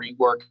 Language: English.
rework